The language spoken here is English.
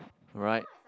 right